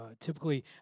typically